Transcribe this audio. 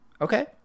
okay